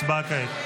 הצבעה כעת.